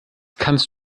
kannst